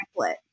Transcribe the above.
template